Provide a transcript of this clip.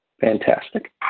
Fantastic